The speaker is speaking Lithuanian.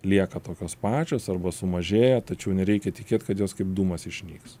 lieka tokios pačios arba sumažėja tačiau nereikia tikėt kad jos kaip dūmas išnyks